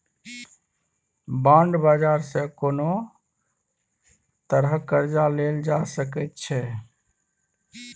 bond बाजार सँ कोनो तरहक कर्जा लेल जा सकै छै